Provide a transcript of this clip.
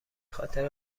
خاطر